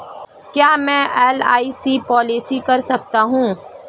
क्या मैं LIC policy कर सकता हूं?